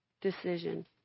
decision